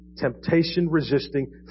temptation-resisting